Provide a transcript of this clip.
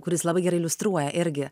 kuris labai gerai iliustruoja irgi